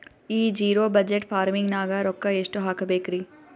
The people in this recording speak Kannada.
ಈ ಜಿರೊ ಬಜಟ್ ಫಾರ್ಮಿಂಗ್ ನಾಗ್ ರೊಕ್ಕ ಎಷ್ಟು ಹಾಕಬೇಕರಿ?